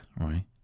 right